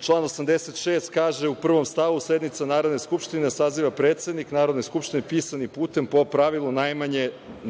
Član 86. kaže u prvom stavu – sednice Narodne skupštine saziva predsednik Narodne skupštine pisanim putem, po pravilu